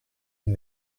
and